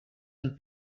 and